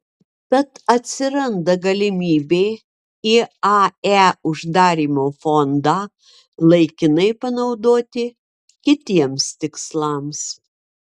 tad atsiranda galimybė iae uždarymo fondą laikinai panaudoti kitiems tikslams